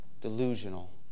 delusional